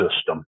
system